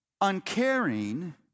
uncaring